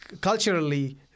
culturally